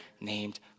named